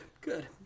Good